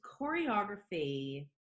choreography